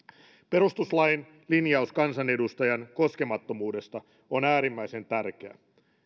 perustuslain linjaus kansanedustajan koskemattomuudesta on äärimmäisen tärkeä